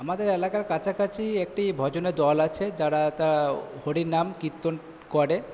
আমাদের এলাকার কাছাকাছি একটি ভোজনের দল আছে যারা তারা হরিনাম কীর্তন করে